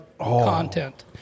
content